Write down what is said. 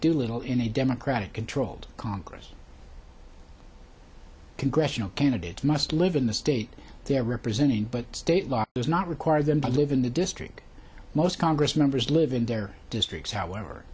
doolittle in a democratic controlled congress congressional candidates must live in the state they're representing but state law does not require them to live in the district most congress members live in their districts however